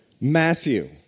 Matthew